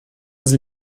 sie